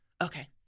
okay